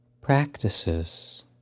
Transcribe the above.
practices